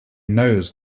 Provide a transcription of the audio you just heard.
knows